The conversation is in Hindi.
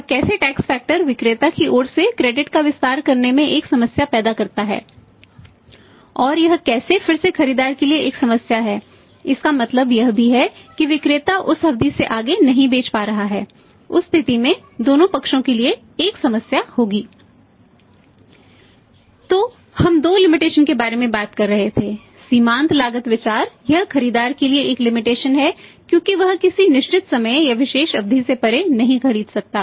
और कैसे टेक्स् फ़ैक्टर का विस्तार करने में एक समस्या पैदा करता है और यह कैसे फिर से खरीदार के लिए एक समस्या है इसका मतलब यह भी है कि विक्रेता उस अवधि से आगे नहीं बेच पा रहा है उस स्थिति में दोनों पक्षों के लिए एक समस्या होगी